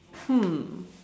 hmm